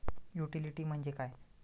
Utility म्हणजे काय?